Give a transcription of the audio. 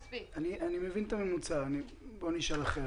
אני אשאל את זה אחרת.